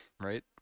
right